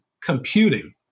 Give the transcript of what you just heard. computing